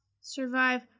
survive